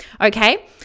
Okay